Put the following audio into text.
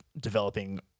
developing